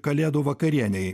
kalėdų vakarienei